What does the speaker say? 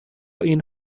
این